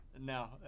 no